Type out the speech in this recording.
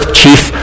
chief